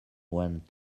went